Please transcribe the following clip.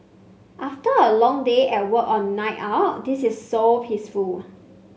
after a long day at work or night out this is so peaceful